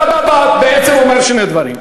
אתה בעצם אומר שני דברים.